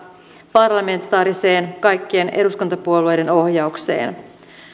parlamentaariseen kaikkien eduskuntapuolueiden ohjaukseen